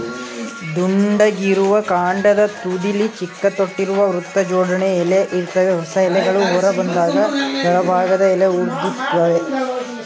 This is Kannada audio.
ದುಂಡಗಿರುವ ಕಾಂಡದ ತುದಿಲಿ ಚಿಕ್ಕ ತೊಟ್ಟಿರುವ ವೃತ್ತಜೋಡಣೆ ಎಲೆ ಇರ್ತವೆ ಹೊಸ ಎಲೆಗಳು ಹೊರಬಂದಾಗ ಕೆಳಭಾಗದ ಎಲೆ ಉದುರ್ತವೆ